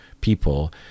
people